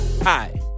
Hi